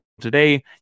today